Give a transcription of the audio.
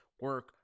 Work